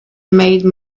made